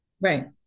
Right